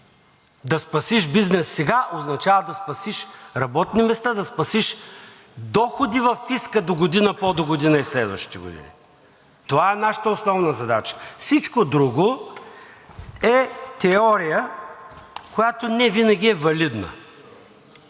Да спасиш бизнес, сега означава да спасиш работни места, да спасиш доходи във фиска догодина, пò догодина и в следващите години. Това е нашата основна задача. Всичко друго е теория, която невинаги е валидна.